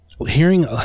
hearing